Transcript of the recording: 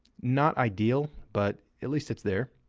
not ideal, but at least it's there.